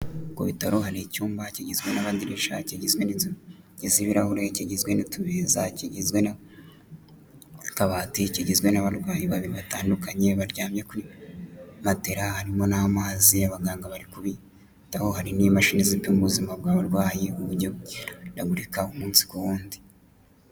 Ku bitaro hari icyumba kigizwe n'amadirishya, kigizwe n'inzugi z'ibirahure, kigizwe n'utumeza, kigizwe n'akabati, kigizwe n'abarwayi babiri batandukanye baryamye kuri matera, harimo n'amazi, abaganga bari kubitaho, hari n'imashini zipima ubuzima bw'abarwayi mu buryo bugiye buhindagurika umunsi ku wundi.